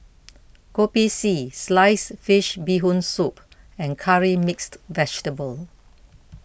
Kopi C Sliced Fish Bee Hoon Soup and Curry Mixed Vegetable